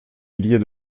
milliers